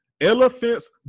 elephants